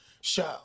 show